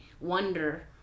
wonder